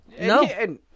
No